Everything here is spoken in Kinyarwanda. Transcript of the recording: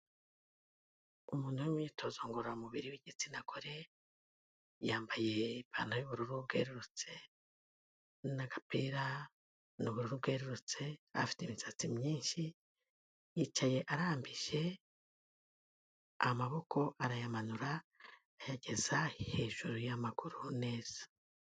Umuntu w'imyitozo ngororamubiri w'igitsina gore, yambaye ipantalo y'ubururu bwerurutse n'agapira n'ubururu bwerurutse, afite imisatsi myinshi, yicaye arambije, amaboko arayamanura ayageza hejuru y'amaguru neza.